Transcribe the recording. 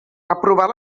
aprovar